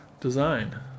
design